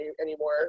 anymore